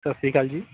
ਸਤਿ ਸ਼੍ਰੀ ਅਕਾਲ ਜੀ